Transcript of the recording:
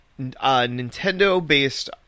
Nintendo-based